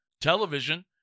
television